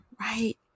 right